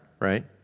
right